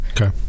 Okay